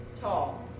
tall